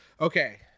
okay